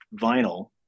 vinyl